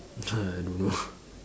I don't know